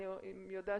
אני אחראי